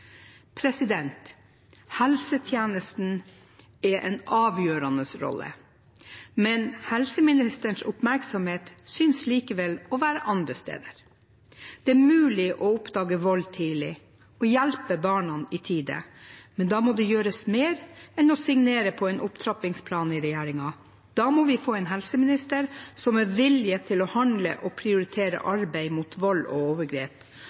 videre. Helsetjenesten har en avgjørende rolle, men helseministerens oppmerksomhet synes å være andre steder. Det er mulig å oppdage vold tidlig og hjelpe barna i tide. Men da må det gjøres mer enn å signere på en opptrappingsplan i regjeringen. Da må vi få en helseminister med vilje til å handle og prioritere arbeidet mot vold og overgrep.